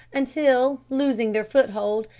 until, losing their foot-hold,